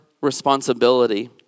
responsibility